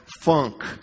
funk